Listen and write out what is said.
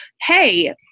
hey